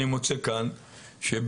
אני מוצא כאן שבטבלה,